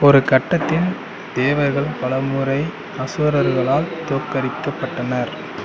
ஒரு கட்டத்தில் தேவர்கள் பல முறை அசுரர்களால் தோற்கடிக்கப்பட்டனர்